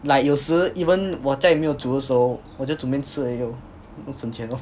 like 有时 even 我家里没有煮的时候我就煮面吃而已咯就省钱咯